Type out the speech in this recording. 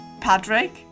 Patrick